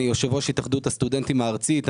אני יושב-ראש התאחדות הסטודנטים הארצית.